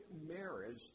marriage